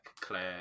Claire